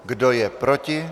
Kdo je proti?